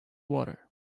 water